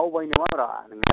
बावबाय नामा ब्रा नोंलाय